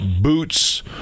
boots